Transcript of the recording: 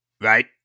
Right